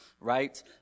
right